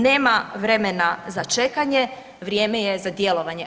Nama vremena za čekanje, vrijeme je za djelovanje.